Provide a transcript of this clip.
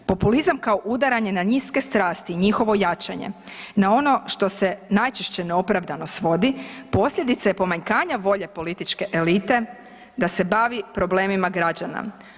Populizam kao udaranje na niske strasti njihovo jačanje na ono što se najčešće neopravdano svodi posljedica je pomanjkanja volje političke elite da se bavi problemima građana.